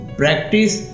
practice